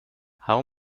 how